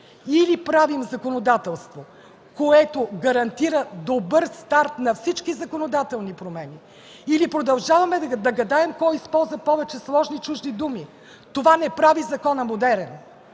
Или правим законодателство, което гарантира добър старт на всички законодателни промени, или продължаваме да гадаем кой използва повече сложни чужди думи. Това не прави закона модерен.